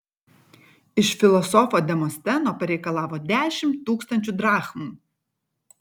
iš filosofo demosteno pareikalavo dešimt tūkstančių drachmų